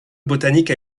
botanique